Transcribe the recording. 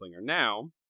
now